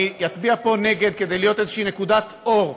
אני אצביע פה נגד כדי להוות איזו נקודת אור,